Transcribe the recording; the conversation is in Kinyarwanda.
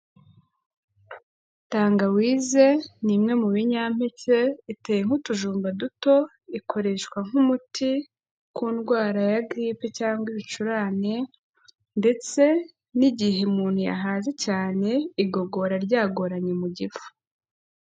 Tangawize ni imwe mu binyampeke iteye nk'utujumba duto ikoreshwa nk'umuti ku ndwara ya giripe cyangwa ibicurane, ndetse n'igihe umuntu yahaze cyane, igogora ryagoranye mu gifu.